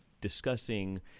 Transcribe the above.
discussing